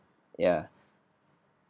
ya